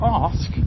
ask